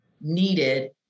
needed